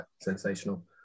sensational